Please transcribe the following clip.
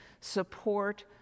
support